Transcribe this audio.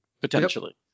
potentially